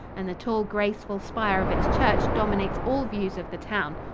and the tall, graceful spire of its church dominates all views of the town.